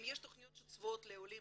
אם יש תכניות שצבועות לעולים